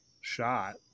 shot